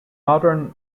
modern